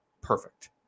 perfect